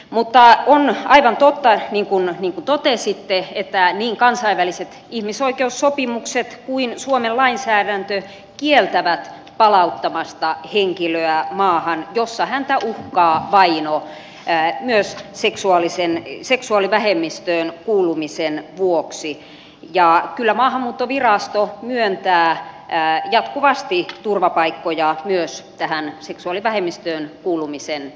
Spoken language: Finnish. mutta on aivan totta niin kuin totesitte että niin kansainväliset ihmisoikeussopimukset kuin suomen lainsäädäntö kieltävät palauttamasta henkilöä maahan jossa häntä uhkaa vaino myös seksuaalivähemmistöön kuulumisen vuoksi ja kyllä maahanmuuttovirasto myöntää jatkuvasti turvapaikkoja myös tähän seksuaalivähemmistöön kuulumisen